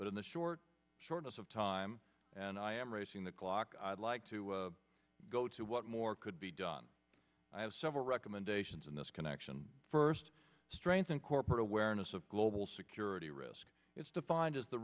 but in the short shortness of time and i am racing the clock i'd like to go to what more could be done i have several recommendations in this connection first strengthen corporate awareness of global security risk it's defined as the